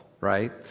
right